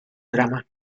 drama